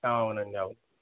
అవునండి అవును